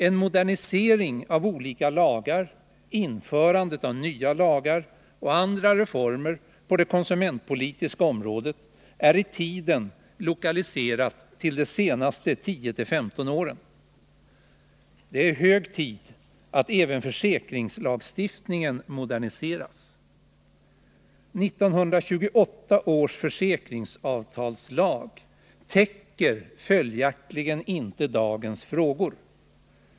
En modernisering av olika lagar, införandet av nya lagar och andra reformer på det konsumentpolitiska området är i tiden lokaliserat till de senaste 10-15 åren. Det är hög tid att även försäkringslagstiftningen moderniseras. 1928 års försäkringsavtalslag täcker inte dagens frågor.